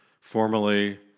formerly